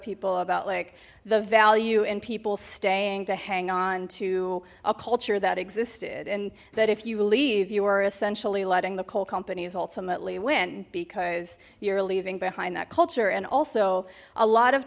people about like the value in people staying to hang on to a culture that existed and that if you leave you are essentially letting the coal companies ultimately win because you're leaving behind that culture and also a lot of